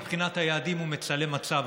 מבחינת היעדים הוא מצלם מצב,